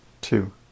two